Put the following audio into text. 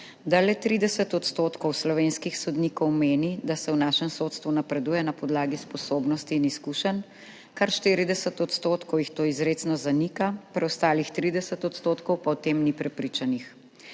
da le 30 % slovenskih sodnikov meni, da se v našem sodstvu napreduje na podlagi sposobnosti in izkušenj, kar 40 % jih to izrecno zanika, preostalih 30 % pa o tem ni prepričanih.